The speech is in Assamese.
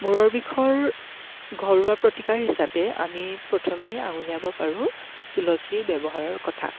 মূৰৰ বিষৰ ঘৰুৱা প্ৰতিকাৰ হিচাপে আমি প্ৰথমেই আঙুলিয়াব পাৰোঁ তুলসীৰ ব্যৱহাৰৰ কথা